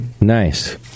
Nice